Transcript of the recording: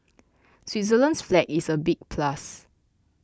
Switzerland's flag is a big plus